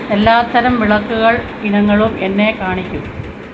എല്ലാത്തരം വിളക്കുകൾ ഇനങ്ങളും എന്നെ കാണിക്കൂ